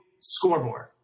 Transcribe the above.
scoreboard